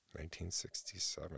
1967